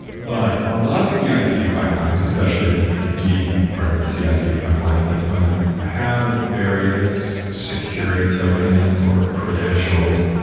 but a lot of cicd pipelines, especially the the d part of the cicd pipelines, the deployment have various security tokens, or credentials.